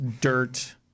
dirt